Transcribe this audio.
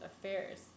Affairs